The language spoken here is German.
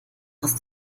ist